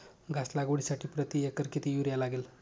घास लागवडीसाठी प्रति एकर किती युरिया लागेल?